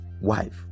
wife